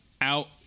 out